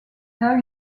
cas